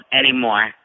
anymore